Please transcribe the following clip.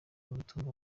umutungo